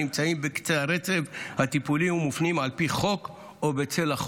הנמצאים בקצה הרצף הטיפולי ומופנים על פי חוק או בצל החוק.